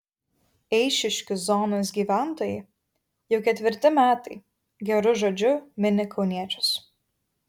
eišiškių zonos gyventojai jau ketvirti metai geru žodžiu mini kauniečius